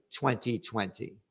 2020